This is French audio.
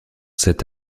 cet